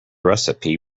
recipe